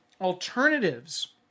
Alternatives